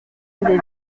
brûlé